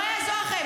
זה לא יעזור.